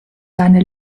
seine